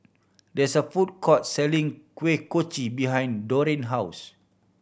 there is a food court selling Kuih Kochi behind Deron house